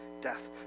death